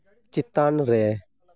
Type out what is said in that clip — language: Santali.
ᱪᱮᱛᱟᱱ ᱨᱮ